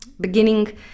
beginning